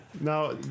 Now